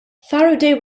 faraday